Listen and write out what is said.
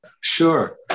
Sure